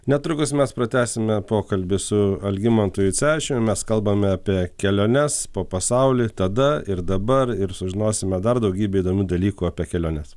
netrukus mes pratęsime pokalbį su algimantu jucevičiumi mes kalbame apie keliones po pasaulį tada ir dabar ir sužinosime dar daugybę įdomių dalykų apie keliones